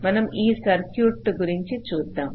మనం ఈ సర్క్యూట్ గురించి చూద్దాం